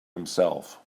himself